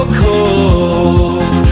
cold